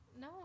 No